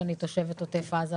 שאני תושבת עוטף עזה,